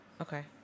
Okay